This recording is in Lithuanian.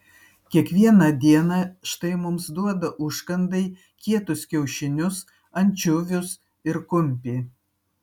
kiekvieną dieną štai mums duoda užkandai kietus kiaušinius ančiuvius ir kumpį